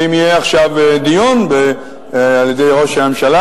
ואם יהיה עכשיו דיון על-ידי ראש הממשלה